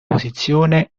posizione